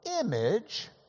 image